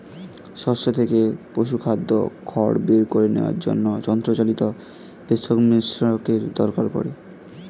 শস্য থেকে পশুখাদ্য খড় বের করে নেওয়ার জন্য যন্ত্রচালিত পেষক মিশ্রকের দরকার পড়ে